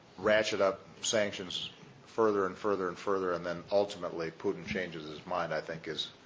ratchet up sanctions further and further and further, and then, ultimately, putin changes his mind i think is